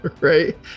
right